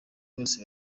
bose